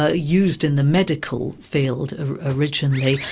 ah used in the medical field originally,